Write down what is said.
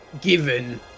Given